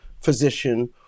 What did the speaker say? physician